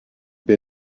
have